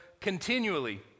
continually